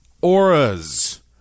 auras